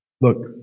Look